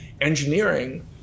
engineering